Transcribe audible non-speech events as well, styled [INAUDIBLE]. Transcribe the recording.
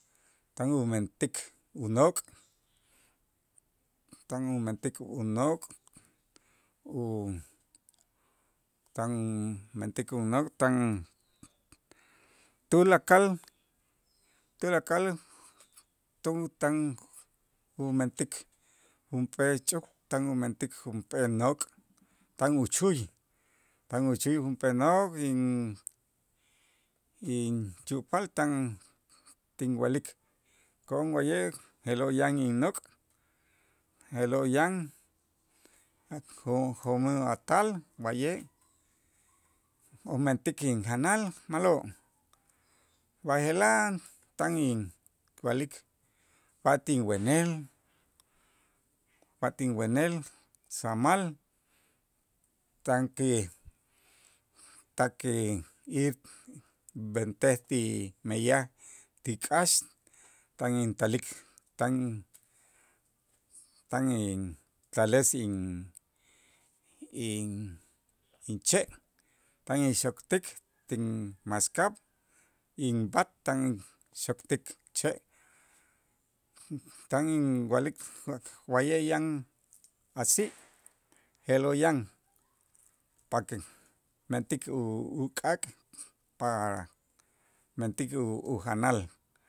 Tan umentik unok', tan umentik unok' u tan mentik unok', tan tulakal tulakal tu tan umentik junp'ee ch'uuk tan umentik junp'ee nok' tan uchuy tan uchuy junp'ee nok' in- inch'upaal tan tinwa'lik ko'on wa'ye' je'lo' yan innok' je'lo' yan [UNINTELLIGIBLE] jo'-jo'mij atal wa'ye' umentik injanal ma'lo', b'aje'laj tan inwa'lik pat inwenel pat inwenel samal tan ki tak ki [UNINTELLIGIBLE] b'entes ti meyaj ti k'aax tan intalik tan tan intales in inche' tan inxokt'ik tinmaskab' inb'aat tan xokt'ik che', tan inwa'lik wa- wa'ye' yan asi', je'lo' yan pa que mentik u- uk'aak' para mentik u- ujanal.